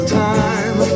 time